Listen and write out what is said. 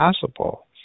possible